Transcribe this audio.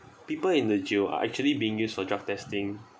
people in the jail are actually being used for drug testing